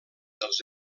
dels